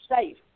safe